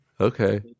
Okay